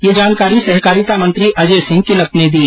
यह जानकारी सहकारिता मंत्री अजय सिंह किलक ने दी